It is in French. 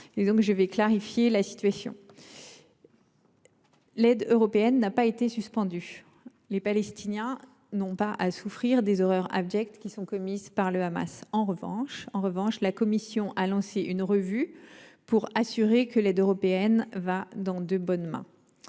de clarifier la situation : l’aide européenne n’a pas été suspendue ; les Palestiniens n’ont pas à souffrir des horreurs abjectes qui sont commises par le Hamas. En revanche, la Commission européenne a lancé une revue pour s’assurer que l’aide européenne allait vers de bonnes mains.